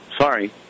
Sorry